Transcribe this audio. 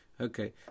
Okay